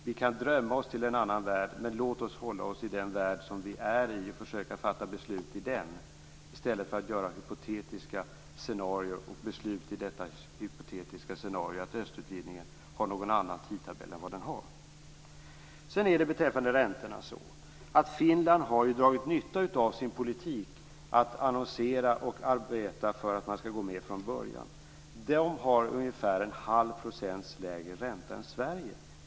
Vi kan drömma oss till en annan värld, men låt oss hålla oss till den värld som vi är i och försöka fatta beslut i den i stället för att göra ett hypotetiskt scenario - att östutvidgingen har en annan tidtabell än den har - och fatta beslut i detta hypotetiska scenario. Beträffande räntorna är det ju så att Finland har dragit nytta av sin politik att annonsera och arbeta för att man skall gå med från början. De har ungefär en halv procents lägre ränta än Sverige.